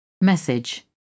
Message